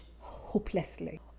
hopelessly